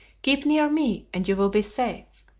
keep near me and you will be safe.